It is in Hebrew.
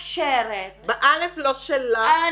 אם היה לנו שפע של כוח אדם,